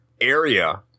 area